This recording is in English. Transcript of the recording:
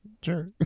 Sure